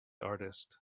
artist